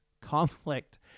conflict